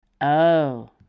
Oh